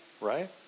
Right